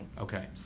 Okay